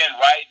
right